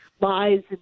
lies